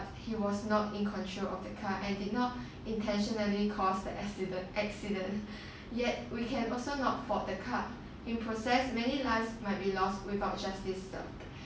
he was not in control of the car and did not intentionally caused the accident accident yet we can also not fault the car in the process many lives might be lost without justice